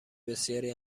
بسیاری